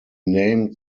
named